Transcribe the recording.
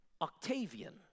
Octavian